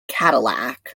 cadillac